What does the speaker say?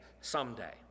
someday